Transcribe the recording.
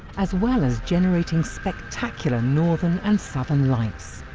as well as generating spectacular northern and southern lights.